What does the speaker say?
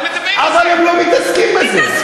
אבל הם לא מתעסקים בזה.